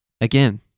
again